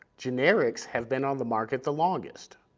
generics have been on the market the longest,